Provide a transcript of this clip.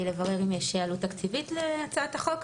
לברר אם יש עלות תקציבית להצעת החוק,